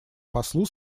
послу